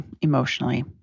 emotionally